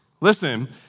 listen